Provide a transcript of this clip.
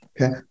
Okay